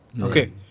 Okay